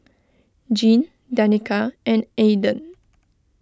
Jean Danica and Aaden